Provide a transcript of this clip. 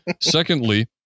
Secondly